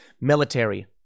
military